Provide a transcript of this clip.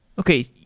okay.